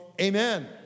amen